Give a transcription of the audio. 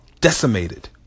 decimated